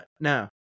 no